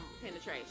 penetration